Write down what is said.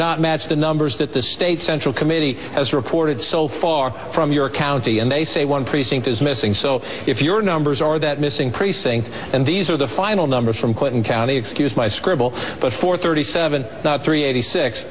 not match the numbers that the state central committee has reported so far from your county and they say one precinct is missing so if your numbers are that missing precinct and these are the final numbers from clinton county excuse my scribble but four thirty seven three eighty six